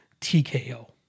TKO